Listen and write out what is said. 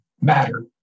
matter